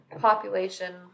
population